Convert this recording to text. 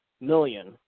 million